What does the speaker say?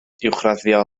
uwchraddio